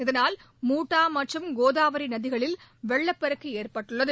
இதனால் முடா மற்றும் கோதாவரி நதிகளில் வெள்ளப்பெருக்கு ஏற்பட்டுள்ளது